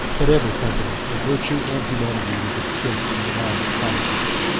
but every sentiment of virtue and humanity was extinct in the mind of commodus.